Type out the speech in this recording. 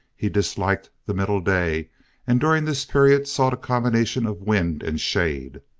he disliked the middle day and during this period sought a combination of wind and shade.